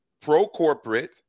pro-corporate